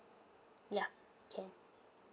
ya can